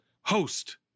Host